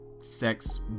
sex